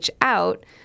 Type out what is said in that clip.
out